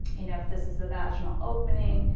you know, if this is the vaginal opening,